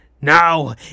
Now